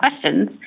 questions